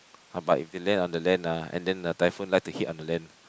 ah but if it land on the land ah and then the typhoon like to hit on the land